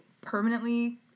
permanently